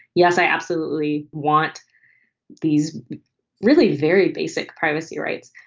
yes, i absolutely want these really very basic privacy rights.